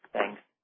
Thanks